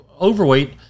overweight